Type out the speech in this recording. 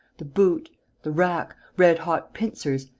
the boot the rack, red-hot pincers,